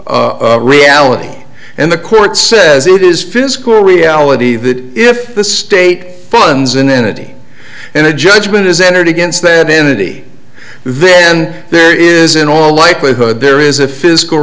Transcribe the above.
of reality and the court says it is physical reality that if the state funds an entity and a judgment is entered against that in a t then there is in all likelihood there is a